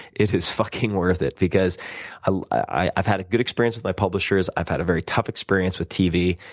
it is fucking worth it, because ah i've had a good experience with my publishers, i've had a very tough experience with tv,